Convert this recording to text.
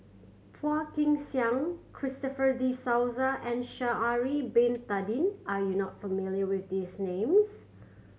Phua Kin Siang Christopher De Souza and Sha'ari Bin Tadin are you not familiar with these names